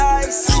ice